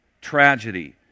tragedy